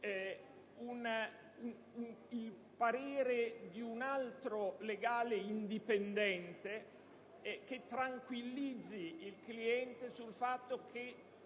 il parere di un altro legale indipendente che se del caso tranquillizzi il cliente sul fatto che